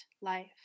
life